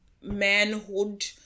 manhood